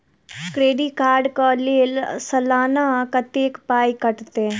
Credit card कऽ लेल सलाना कत्तेक पाई कटतै?